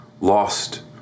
lost